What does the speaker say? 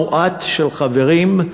מועט של חברים,